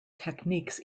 techniques